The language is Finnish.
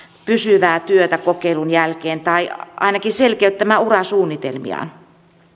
pysyvää työtä kokeilun jälkeen tai ainakin selkeyttämään urasuunnitelmiaan